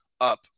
up